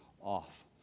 off